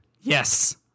Yes